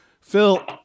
Phil